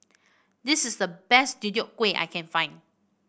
this is the best Deodeok Gui I can find